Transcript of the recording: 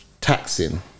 taxing